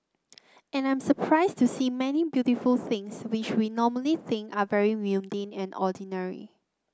and I'm surprised to see many beautiful things which we normally think are very mundane and ordinary